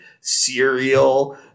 cereal